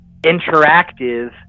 interactive